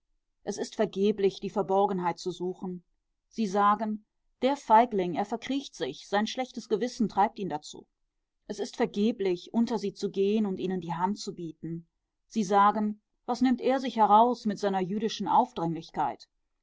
es ist vergeblich die verborgenheit zu suchen sie sagen der feigling er verkriecht sich sein schlechtes gewissen treibt ihn dazu es ist vergeblich unter sie zu gehen und ihnen die hand zu bieten sie sagen was nimmt er sich heraus mit seiner jüdischen aufdringlichkeit